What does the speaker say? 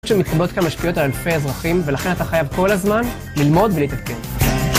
כשמתקבלות כאן משקיעות על אלפי אזרחים ולכן אתה חייב כל הזמן ללמוד בלי תפקיד